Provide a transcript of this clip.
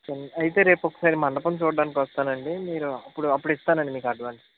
సరే అయితే రేపు ఒకసారి మండపం చూడడానికి వస్తాను అండి నేను అప్పుడు అప్పుడు ఇస్తానండి మీకు అడ్వాన్స్